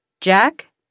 Jack